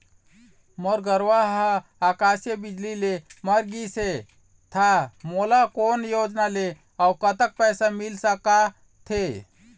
मोर गरवा हा आकसीय बिजली ले मर गिस हे था मोला कोन योजना ले अऊ कतक पैसा मिल सका थे?